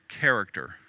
character